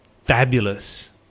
fabulous